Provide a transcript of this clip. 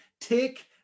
Take